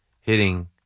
hitting